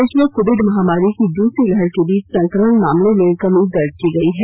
देश में कोविड महामारी की दूसरी लहर के बीच संक्रमण मामलों में कमी दर्ज की गई है